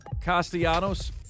Castellanos